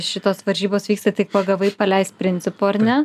šitos varžybos vyksta tik pagavai paleisk principu ar ne